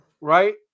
right